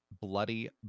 bloody